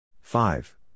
Five